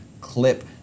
clip